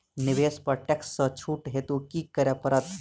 निवेश पर टैक्स सँ छुट हेतु की करै पड़त?